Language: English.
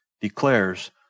declares